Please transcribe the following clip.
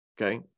Okay